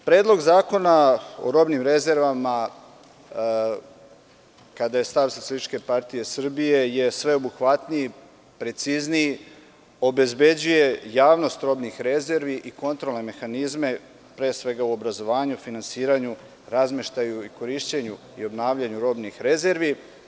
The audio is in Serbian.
Predlog zakona o robnim rezervama, stav je SPS, je sveobuhvatniji, precizniji, obezbeđuje javnost robnih rezervi i kontrolne mehanizme, pre svega u obrazovanju, finansiranju, razmeštaju i korišćenju i obnavljanju robnih rezervi.